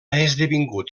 esdevingut